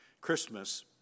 Christmas